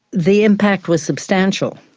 the impact was substantial,